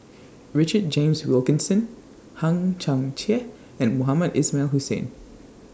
Richard James Wilkinson Hang Chang Chieh and Mohamed Ismail Hussain